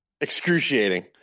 excruciating